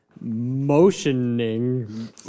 motioning